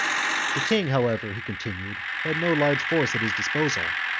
the king, however, he con tinued, had no large force at his disposal,